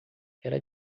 era